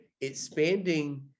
expanding